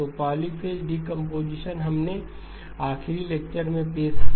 तो polyphase decomposition हमने आखिरी लेक्चर में पेश किया